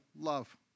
love